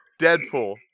Deadpool